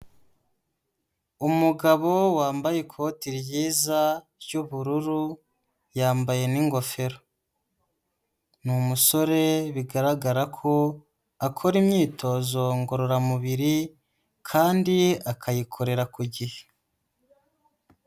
Umugabo wambaye ikoti ryiza ry'ubururu yambaye n'ingofero, ni umusore bigaragara ko akora imyitozo ngororamubiri kandi akayikorera ku gihe.